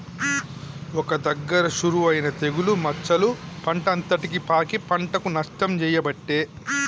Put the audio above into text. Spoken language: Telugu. ఒక్క దగ్గర షురువు అయినా తెగులు మచ్చలు పంట అంతటికి పాకి పంటకు నష్టం చేయబట్టే